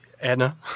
Edna